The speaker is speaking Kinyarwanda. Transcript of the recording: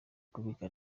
kubika